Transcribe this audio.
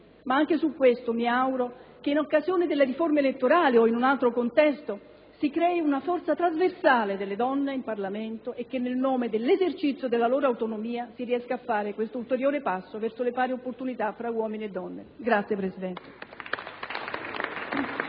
Ma anche su questo mi auguro che, in occasione delle proposte di riforma della legge elettorale o in un altro contesto, si crei una forza trasversale delle donne in Parlamento e che - nel nome dell'esercizio della loro autonomia - si riesca a fare questo ulteriore passo verso le pari opportunità fra uomini e donne. *(Applausi